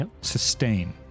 sustain